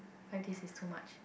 five days is too much